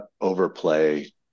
overplay